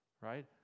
right